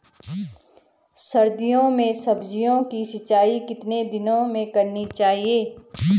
सर्दियों में सब्जियों की सिंचाई कितने दिनों में करनी चाहिए?